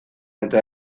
eta